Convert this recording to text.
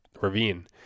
ravine